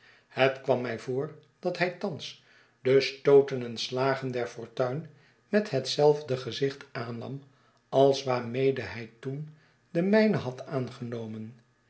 het kwam mij voor dat hij thans de stooten en slagen der fortuin met hetzelfde gezicht aannam als waarmede hij toen de mijne had aangenomen